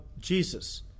Jesus